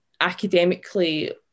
academically